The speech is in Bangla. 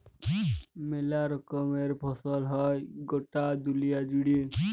মেলা রকমের ফসল হ্যয় গটা দুলিয়া জুড়ে